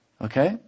Okay